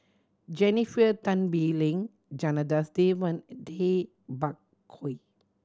Jennifer Tan Bee Leng Janadas Devan and Tay Bak Koi